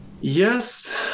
Yes